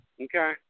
Okay